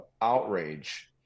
outrage